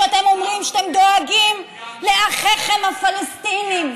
שאתם אומרים שאתם דואגים לאחיכם הפלסטינים.